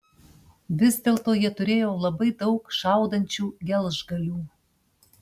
vis dėlto jie turėjo labai daug šaudančių gelžgalių